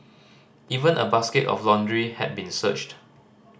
even a basket of laundry had been searched